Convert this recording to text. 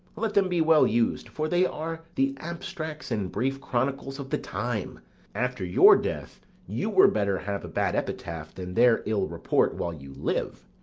let them be well used for they are the abstracts and brief chronicles of the time after your death you were better have a bad epitaph than their ill report while you live.